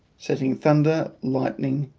setting thunder, lightning,